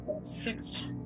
Six